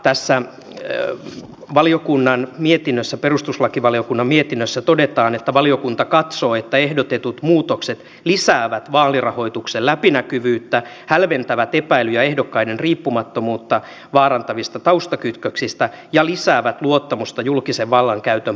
tässä perustuslakivaliokunnan mietinnössä todetaan että valiokunta katsoo että ehdotetut muutokset lisäävät vaalirahoituksen läpinäkyvyyttä hälventävät epäilyjä ehdokkaiden riippumattomuutta vaarantavista taustakytköksistä ja lisäävät luottamusta julkisen vallankäytön puolueettomuuteen